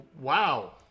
Wow